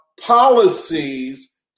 policies